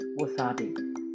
wasabi